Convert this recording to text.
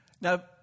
Now